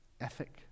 ethic